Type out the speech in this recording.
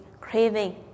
craving